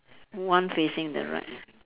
one facing the right